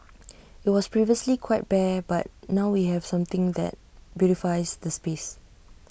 IT was previously quite bare but now we have something that beautifies the space